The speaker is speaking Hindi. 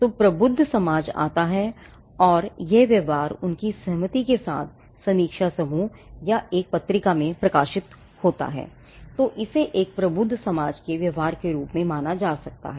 तो प्रबुद्ध समाज आता है अगर यह व्यवहार उनकी सहमति के साथ समीक्षा समूह या एक पत्रिका में प्रकाशित होता है तो इसे एक प्रबुद्ध समाज के व्यवहार के रूप में माना जा सकता है